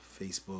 Facebook